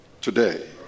today